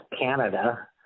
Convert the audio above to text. Canada